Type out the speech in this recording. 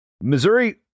Missouri